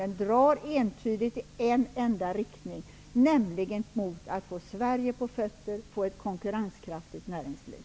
Den drar entydigt i en enda riktning, nämligen mot att få Sverige på fötter, att få ett konkurrenskraftigt näringsliv.